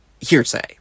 hearsay